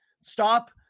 Stop